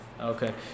Okay